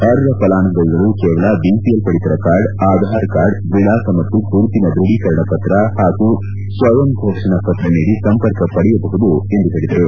ಅರ್ಹ ಫಲಾನುಭವಿಗಳು ಕೇವಲ ಬಿಪಿಎಲ್ ಪಡಿತರ ಕಾರ್ಡ್ ಆಧಾರ್ ಕಾರ್ಡ್ ವಿಳಾಸ ಮತ್ತು ಗುರುತಿನ ದೃಢೀಕರಣ ಪತ್ರ ಹಾಗೂ ಸ್ವಯಂ ಘೋಷಣಾ ಪತ್ರ ನೀಡಿ ಸಂಪರ್ಕ ಪಡೆಯಬಹುದು ಎಂದು ಹೇಳಿದರು